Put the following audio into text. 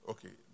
Okay